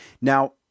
Now